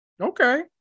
Okay